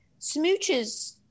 Smooches